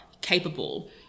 capable